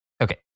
Okay